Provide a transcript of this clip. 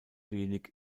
wenig